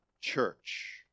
church